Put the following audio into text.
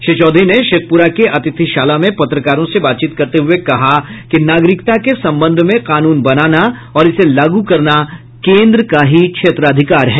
श्री चौधरी ने शेखपुरा के अतिथिशाला में पत्रकारों से बातचीत करते हुए कहा कि नागरिकता के संबंध में कानून बनाना और इसे लागू करना केन्द्र का ही क्षेत्राधिकार है